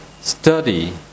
study